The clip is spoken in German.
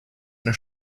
eine